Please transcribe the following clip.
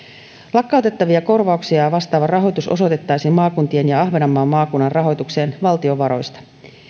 lakkautettavia korvauksia vastaava rahoitus osoitettaisiin maakuntien ja ahvenanmaan maakunnan rahoitukseen valtion varoista